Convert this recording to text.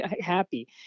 happy